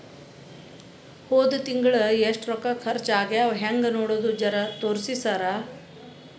ಹೊದ ತಿಂಗಳ ಎಷ್ಟ ರೊಕ್ಕ ಖರ್ಚಾ ಆಗ್ಯಾವ ಹೆಂಗ ನೋಡದು ಜರಾ ತೋರ್ಸಿ ಸರಾ?